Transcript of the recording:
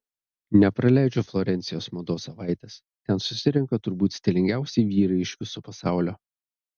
nepraleidžiu florencijos mados savaitės ten susirenka turbūt stilingiausi vyrai iš viso pasaulio